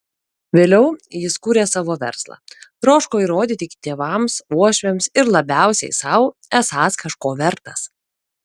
vėliau jis kūrė savo verslą troško įrodyti tėvams uošviams ir labiausiai sau esąs kažko vertas